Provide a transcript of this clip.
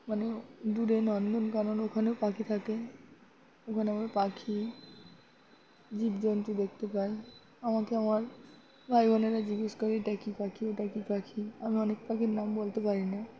মানে দূরে নন্দনকানন ওখানেও পাখি থাকে ওখানে আমার পাখি জীবজন্তু দেখতে পাই আমাকে আমার ভাই বোনেরা জিজ্ঞেস করে এটা কী পাখি ওটা কী পাখি আমি অনেক পাখির নাম বলতে পারি না